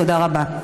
תודה רבה.